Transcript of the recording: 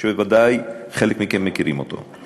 שבוודאי חלק מכם מכירים אותו.